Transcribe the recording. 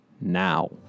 now